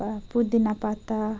বা পুদিনা পাতা